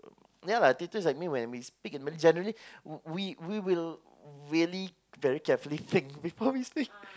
yeah lah teachers like me when we speak in Malay generally we we will really very carefully think before we speak